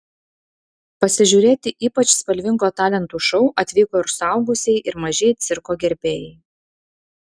pasižiūrėti ypač spalvingo talentų šou atvyko ir suaugusieji ir mažieji cirko gerbėjai